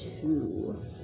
two